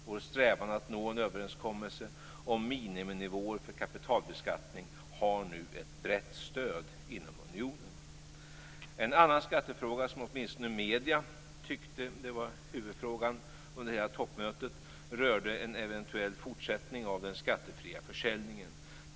Vår strävan att nå en överenskommelse om miniminivåer för kapitalbeskattning har nu ett brett stöd inom unionen. En annan skattefråga som åtminstone medierna tyckte var huvudfrågan under hela toppmötet rörde en eventuell fortsättning av den skattefria försäljningen.